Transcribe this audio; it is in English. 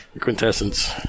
quintessence